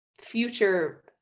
future